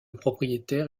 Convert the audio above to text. propriétaire